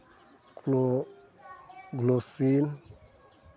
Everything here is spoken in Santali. ᱠᱚ ᱜᱞᱳᱥᱤᱞ